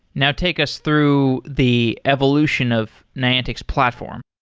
now, take us through the evolution of niantic's platform.